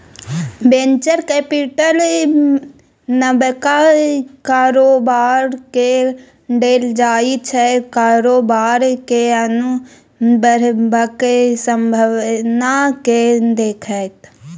venture capital नबका कारोबारकेँ देल जाइ छै कारोबार केँ आगु बढ़बाक संभाबना केँ देखैत